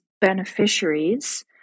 beneficiaries